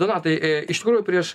donatai iš tikrųjų prieš